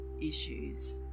issues